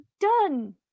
done